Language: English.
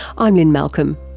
i'm lynne malcolm.